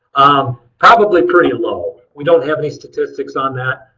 probably pretty low. we don't have any statistics on that.